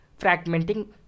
fragmenting